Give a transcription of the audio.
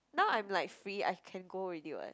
now I'm like free I can go already [what]